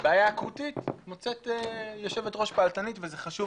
זו בעיה אקוטית שמוצאת יושבת ראש פעלתנית וזה חשוב